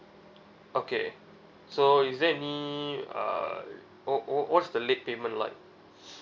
okay so is there any uh what what what's the late payment like